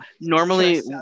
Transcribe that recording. normally –